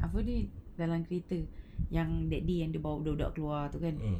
apa ni dalam kereta yang that day bawa budak-budak keluar tu kan